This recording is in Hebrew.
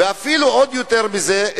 ואפילו עוד יותר מזה,